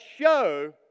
show